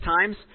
times